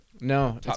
No